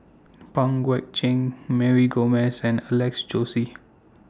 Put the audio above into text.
Pang Guek Cheng Mary Gomes and Alex Josey